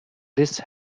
this